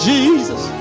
Jesus